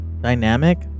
Dynamic